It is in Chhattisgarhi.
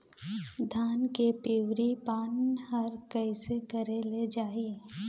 धान के पिवरी पान हर कइसे करेले जाही?